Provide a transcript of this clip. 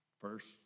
First